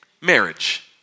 Marriage